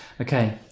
Okay